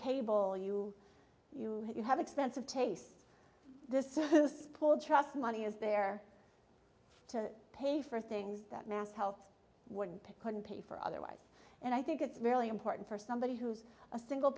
cable you you know you have expensive tastes spoiled trust money is there to pay for things that mass health wouldn't pay couldn't pay for otherwise and i think it's really important for somebody who's a single